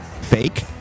fake